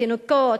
תינוקות,